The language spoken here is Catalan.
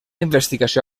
investigació